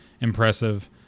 impressive